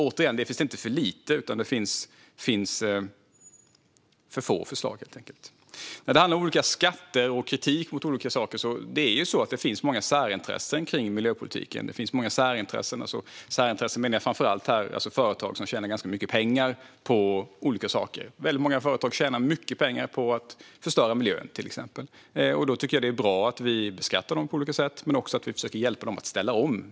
Återigen: Det finns inte för lite förslag, utan de är helt enkelt för få. När det handlar om olika skatter och kritik mot saker finns det många särintressen i miljöpolitiken. Med särintressen menar jag framför allt företag som tjänar mycket pengar på olika saker. Många företag tjänar mycket på att till exempel förstöra miljön. Då tycker jag att det är bra att vi beskattar dem på olika sätt men också att vi försöker hjälpa dem att ställa om.